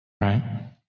right